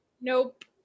Nope